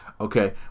okay